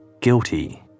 guilty